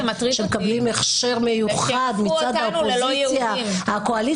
שמקבלים הכשר מיוחד מצד הקואליציה.